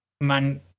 man